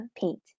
paint